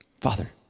Father